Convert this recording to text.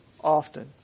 often